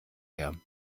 her